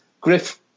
Griff